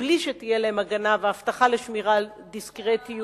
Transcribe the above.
מבלי שתהיה להן הגנה והבטחה לשמירה על דיסקרטיות,